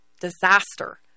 disaster